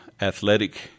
athletic